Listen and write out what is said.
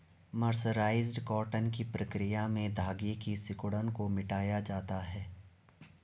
mercerised cotton की प्रक्रिया में धागे की सिकुड़न को मिटाया जाता है